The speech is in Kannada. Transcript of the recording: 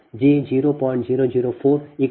10 0